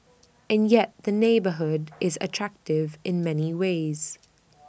and yet the neighbourhood is attractive in many ways